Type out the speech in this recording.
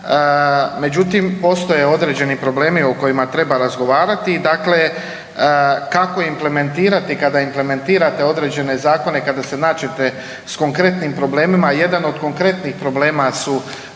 međutim postoje određeni problemi o kojima treba razgovarati. Dakle, kako implementirati, kada implementirate određene zakone i kada se nađete s konkretnim problemima, jedan od konkretnih problema su